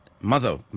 Mother